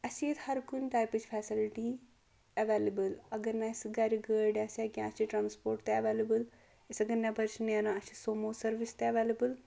اَسہِ چھِ ییٚتہِ ہر کُنہِ ٹایپٔچ فیسلٹی اویلِبٔل اَگر نہٕ اَسہِ گرِ گٲڑۍ آسہِ ہا کیٚنٛہہ اَسہِ چھ ٹرانَسپوٹ تہِ ایویلیبٔل أسۍ اَگر نیبر چھِ نیران اَسہِ چھِ سومو سٔروِس تہِ ایویلیبٔل